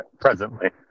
presently